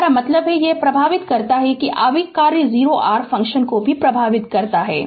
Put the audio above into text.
हमारा मतलब है कि यह प्रभावित करता है कि आवेग कार्य o r फ़ंक्शन को भी प्रभावित करता है